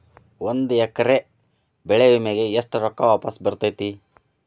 ಒಂದು ಎಕರೆ ಬೆಳೆ ವಿಮೆಗೆ ಎಷ್ಟ ರೊಕ್ಕ ವಾಪಸ್ ಬರತೇತಿ?